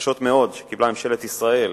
הקשות מאוד, שקיבלה ממשלת ישראל,